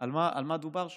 על מה דובר שם: